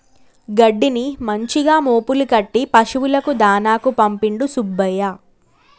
గడ్డిని మంచిగా మోపులు కట్టి పశువులకు దాణాకు పంపిండు సుబ్బయ్య